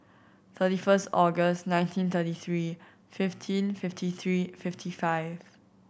thirty first August nineteen thirty three fifteen fifty three fifty five